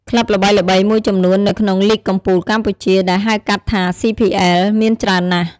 ក្លឹបល្បីៗមួយចំនួននៅក្នុង លីគកំពូលកម្ពុជា ដែលហៅកាត់ថា CPL មានច្រើនណាស់។